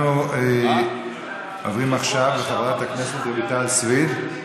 אנחנו עוברים עכשיו לחברת הכנסת רויטל סויד.